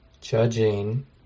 judging